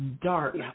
dark